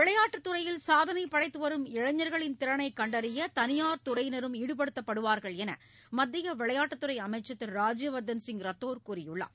விளையாட்டுத் துறையில் சாதனை படைத்து வரும் இளைஞர்களின் திறனை கண்டறிய தனியார் துறையினரும் ஈடுபடுத்தப்படுவார்கள் என்று மத்திய விளையாட்டுத் துறை அமைச்சர் திரு ராஜ்யவர்தன் சிங் ரத்தோர் கூறியுள்ளார்